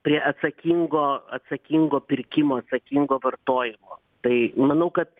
prie atsakingo atsakingo pirkimo atsakingo vartojimo tai manau kad